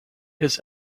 his